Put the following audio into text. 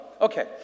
Okay